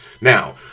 Now